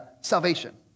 salvation